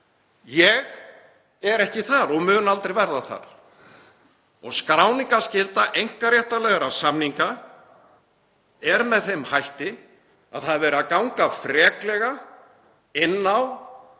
Ég er ekki þar og mun aldrei verða þar. Skráningarskylda einkaréttarlega samninga er með þeim hætti að það er verið að ganga freklega inn á það